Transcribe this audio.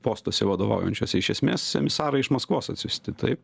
postuose vadovaujančiuose iš esmės emisarai iš maskvos atsiųsti taip